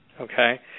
Okay